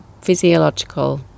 physiological